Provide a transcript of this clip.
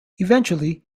eventually